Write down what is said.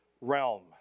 realm